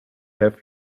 have